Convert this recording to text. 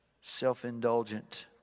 self-indulgent